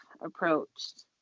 approached